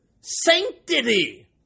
sanctity